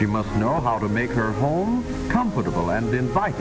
she must know how to make her home comfortable and invite